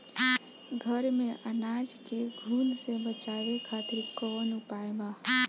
घर में अनाज के घुन से बचावे खातिर कवन उपाय बा?